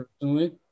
personally